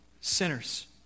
sinners